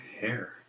hair